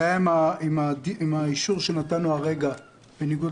זה היה עם האישור שנתנו כרגע בניגוד